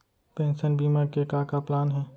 Pension बीमा के का का प्लान हे?